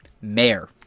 mayor